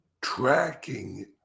tracking